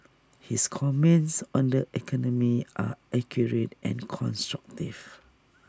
his comments on the economy are accurate and constructive